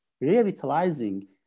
revitalizing